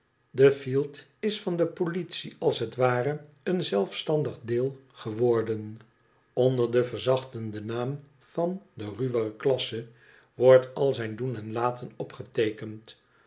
fielt is van de politie als het ware een zelfstandig doel geworden onder den verzachtenden naam van de ruwere klasse wordt al zijn doen en laten opgeteekend